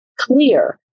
clear